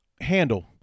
handle